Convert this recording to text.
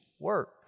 work